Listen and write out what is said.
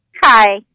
Hi